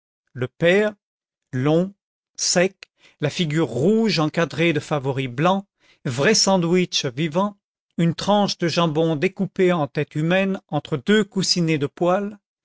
le père long sec la figure rouge encadrée de favoris blancs vrai sandwich vivant une tranche de jambon découpée en tête humaine entre deux coussinets de poils